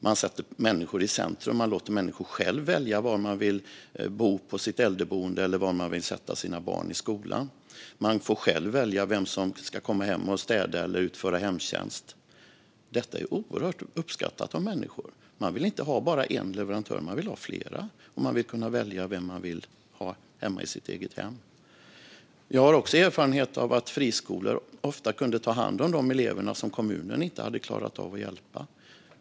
Man sätter människor i centrum och låter människor själva välja äldreboende, var de vill sätta barnen i skolan och vem som ska komma hem och städa eller utföra hemtjänst. Detta är oerhört uppskattat av människor. Man vill inte ha bara en leverantör. Man vill ha flera, och man vill kunna välja vem man vill ha hemma i sitt eget hem. Jag har också erfarenhet av att friskolor ofta kunde ta hand om de elever som kommunen inte hade klarat av att hjälpa.